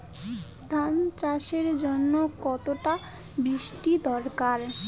ধান চাষের জন্য কতটা বৃষ্টির দরকার?